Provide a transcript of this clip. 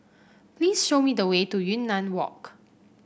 please show me the way to Yunnan Walk